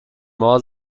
more